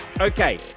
Okay